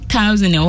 thousand